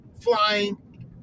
flying